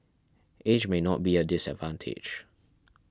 age may not be a disadvantage